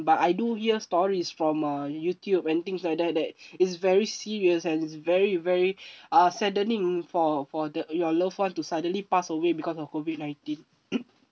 but I do hear stories from uh YouTube and things like that that it's very serious and is very very uh saddening for for the your loved one to suddenly pass away because of COVID nineteen